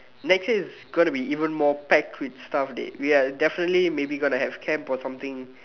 next year is going to be even more packed with stuff dey we are definitely maybe gonna have camp or something